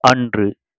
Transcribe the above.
அன்று